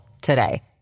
today